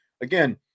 again